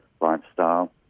lifestyle